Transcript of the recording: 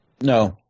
No